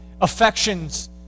affections